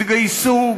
התגייסו,